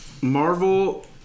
Marvel